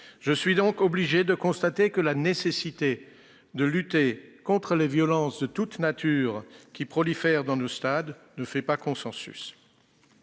de stade. Je constate que la volonté de lutter contre les violences de toute nature qui prolifèrent dans nos stades ne fait pas consensus.